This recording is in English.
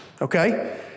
okay